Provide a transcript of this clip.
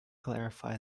clarify